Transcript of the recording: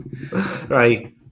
Right